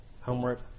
Homework